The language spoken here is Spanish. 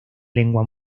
lengua